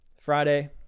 Friday